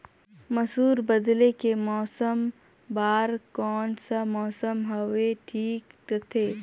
मसुर बदले के फसल बार कोन सा मौसम हवे ठीक रथे?